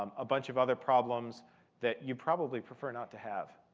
um a bunch of other problems that you probably prefer not to have.